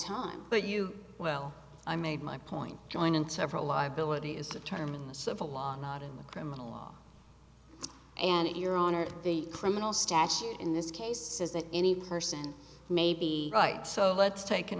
time but you well i made my point joined in several liability is a term in the civil law not in the criminal law and your honor the criminal statute in this case says that any person may be right so let's take an